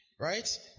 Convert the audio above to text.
Right